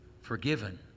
forgiven